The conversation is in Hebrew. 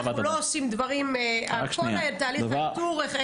אנחנו לא עושים דברים תהליך האיתור החל,